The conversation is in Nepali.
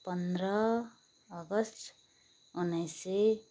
पन्ध्र अगस्त उन्नाइस सय